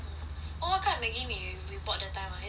orh what kind of Maggie mee we we bought that time is it Shin ah